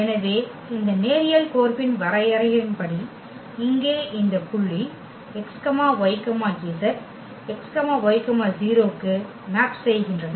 எனவே இந்த நேரியல் கோர்ப்பின் வரையறையின்படி இங்கே இந்த புள்ளி x y z x y 0 க்கு மேப் செய்கின்றன